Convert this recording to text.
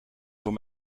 voor